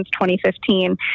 2015